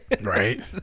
Right